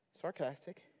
sarcastic